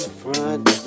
front